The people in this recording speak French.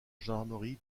gendarmerie